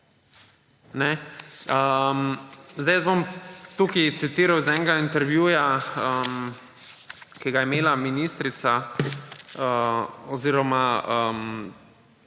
Tukaj bom citiral iz enega intervjuja, ki ga je imela ministrica oziroma